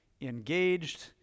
engaged